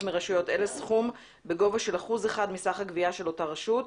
מרשויות אלה סכום בגובה של 1% מסך הגבייה של אותה רשות,